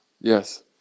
Yes